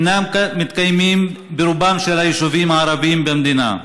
אינם מתקיימים ברובם של היישובים הערביים במדינה.